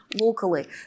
locally